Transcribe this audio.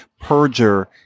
perjure